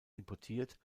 importiert